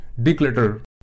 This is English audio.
declutter